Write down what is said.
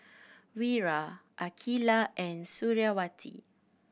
Wira Aqilah and Suriawati